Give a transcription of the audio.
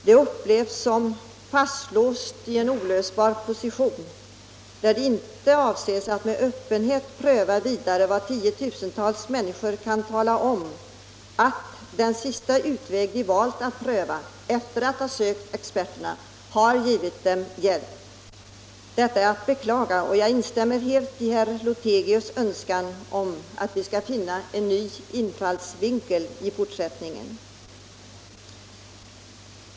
Det upplevs som fastlåst i en olösbar position, där det inte avses att med öppenhet pröva vidare vad tiotusentals människor kan tala om, nämligen att THX som den sista utväg de valt att pröva efter att ha sökt experterna har givit dem hjälp. Hans ställningstagande är att beklaga, och jag instämmer helt i herr Lothigius önskan att vi måste finna en ny infallsvinkel i fortsättningen.